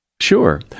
Sure